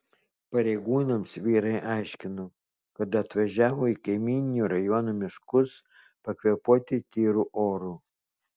pareigūnams vyrai aiškino kad atvažiavo į kaimyninio rajono miškus pakvėpuoti tyru oru